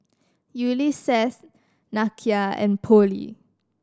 Ulysses Nakia and Pollie